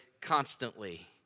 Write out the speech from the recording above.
constantly